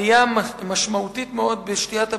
עלייה משמעותית מאוד בשתיית הבולמוס.